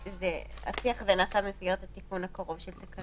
השיח הזה נעשה במסגרת התיקון הקרוב של התקנות.